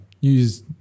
Use